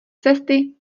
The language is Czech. cesty